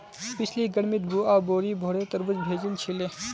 पिछली गर्मीत बुआ बोरी भोरे तरबूज भेजिल छिले